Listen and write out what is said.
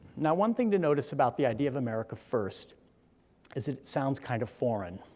now, one thing to notice about the idea of america first is it sounds kind of foreign,